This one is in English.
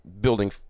Building